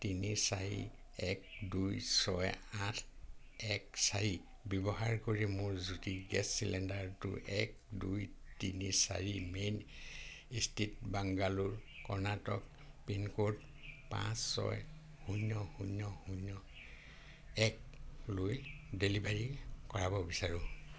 তিনি চাৰি এক দুই ছয় আঠ এক চাৰি ব্যৱহাৰ কৰি মোৰ জ্যোতি গেছ চিলিণ্ডাৰটো এক দুই তিনি চাৰি main street Bangalore Karnataka pincode পাঁচ ছয় শূন্য শূন্য শূন্য একলৈ ডেলিভাৰী কৰাব বিচাৰো